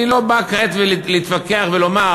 אני לא בא כעת להתווכח ולומר: